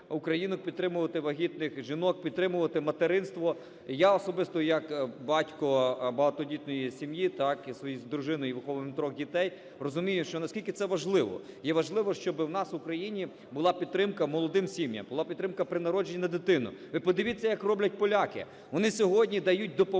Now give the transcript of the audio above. підтримувати вагітних жінок, підтримувати материнство. Я особисто як батько багатодітної сім'ї, так, я зі своєю дружиною виховую трьох дітей, розумію, що наскільки це важливо. Є важливо, щоби у нас у країні була підтримка молодим сім'ям, була підтримка при народженні на дитину. Ви подивіться, як роблять поляки. Вони сьогодні дають допомогу